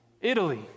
Italy